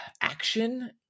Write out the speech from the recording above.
action